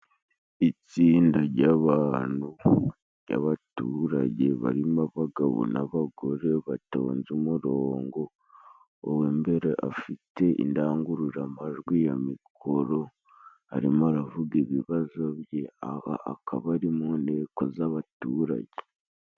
Itsinda jy'abantu, jy'abaturage barimo abagabo n'abagore batonze umurongo, uw'imbere afite indangururamajwi ya mikoro arimo aravuga ibibazo bye, aha akaba ari mu nteko z'abaturage.